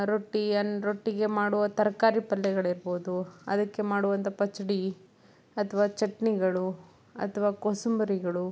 ರೊಟ್ಟಿಯನ್ನು ರೊಟ್ಟಿಗೆ ಮಾಡುವ ತರಕಾರಿ ಪಲ್ಯಗಳಿರ್ಬೋದು ಅದಕ್ಕೆ ಮಾಡುವಂತಹ ಪಚ್ಡಿ ಅಥವಾ ಚಟ್ನಿಗಳು ಅಥವಾ ಕೋಸಂಬರಿಗಳು